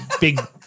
Big